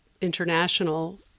international